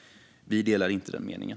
Vi delar inte den meningen.